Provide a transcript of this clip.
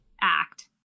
act